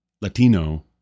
Latino